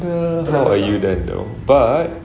are you there now but